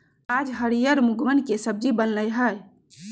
आज हरियर मूँगवन के सब्जी बन लय है